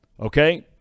Okay